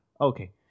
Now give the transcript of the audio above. Okay